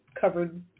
covered